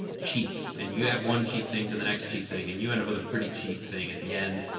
cheap. and you add one cheap thing to the next cheap thing and you end up with a pretty cheap thing at the end.